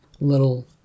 little